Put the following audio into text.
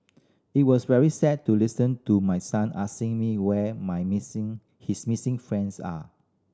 it was very sad to listen to my son asking me where my missing his missing friends are